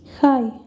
Hi